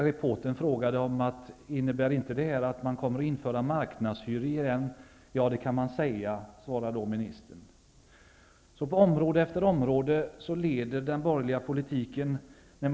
Reportern frågade om inte det innebär att man kommer att införa marknadshyror. Ja, det kan man säga, svarade ministern. På område efter område leder den borgerliga politiken till ofrihet.